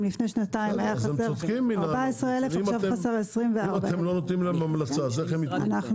אם לפני שנתיים היה חסר 14,000 עכשיו חסר 24,000. אז הם צודקים.